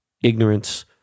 ignorance